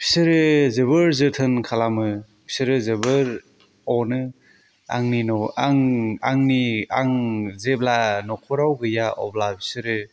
बिसोरो जोबाद जोथोन खालामो बिसोरो जोबोद अनो आं जेब्ला न'खराव गैया अब्ला बिसोरो